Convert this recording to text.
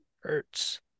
Hurts